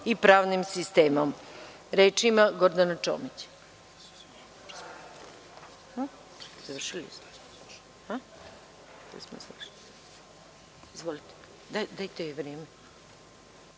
i pravnim sistemom. Reč ima Gordana Čomić.